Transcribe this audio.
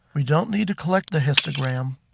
we don't need to collect the histogram